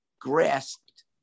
grasped